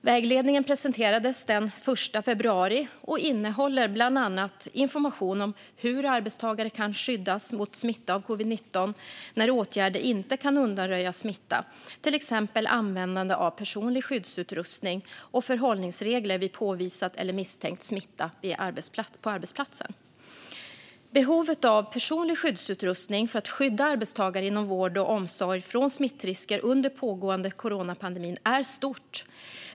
Vägledningen presenterades den 1 februari och innehåller bland annat information om hur arbetstagare kan skyddas mot smitta av covid-19 när åtgärder inte kan undanröja smittan, till exempel användande av personlig skyddsutrustning och förhållningsregler vid påvisad eller misstänkt smitta på arbetsplatsen. Behovet av personlig skyddsutrustning för att skydda arbetstagare inom vård och omsorg från smittrisker under den pågående coronapandemin är stort.